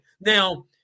Now